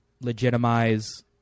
legitimize